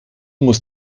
muss